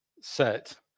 set